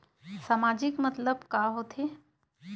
सामाजिक मतलब का होथे?